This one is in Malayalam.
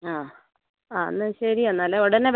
ആ ആ എന്നാൽ ശരി എന്നാല് ഉടനെ വാ